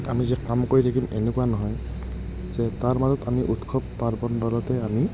আমি যে কাম কৰি থাকিম এনেকুৱা নহয় যে তাৰ মাজত আমি উৎসৱ পাৰ্বণ পালোতে আমি